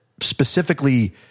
specifically